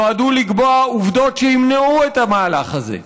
נועדו לקבוע עובדות שימנעו את המהלך הזה,